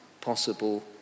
possible